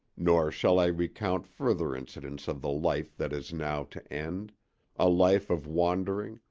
nor shall i recount further incidents of the life that is now to end a life of wandering,